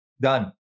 done